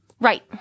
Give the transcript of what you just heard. Right